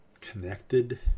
connected